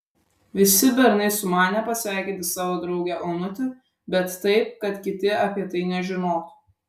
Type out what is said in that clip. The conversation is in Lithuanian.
visi bernai sumanė pasveikinti savo draugę onutę bet taip kad kiti apie tai nežinotų